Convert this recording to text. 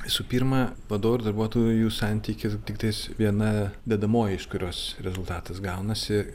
visų pirma padorų darbuotojų santykis tiktais viena dedamoji iš kurios rezultatas gaunasi